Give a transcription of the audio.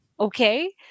Okay